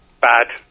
bad